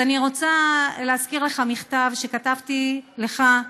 אז אני רוצה להזכיר לך מכתב שכתבתי לך,